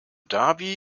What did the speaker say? dhabi